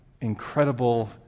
incredible